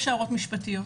יש הערות משפטיות,